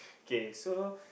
okay so